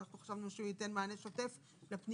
אנחנו חשבנו שהוא ייתן מענה שוטף לפניות,